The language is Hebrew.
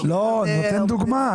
לא, אני נותן דוגמה.